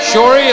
Sure